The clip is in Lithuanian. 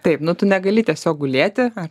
taip nu tu negali tiesiog gulėti ant